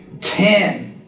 Ten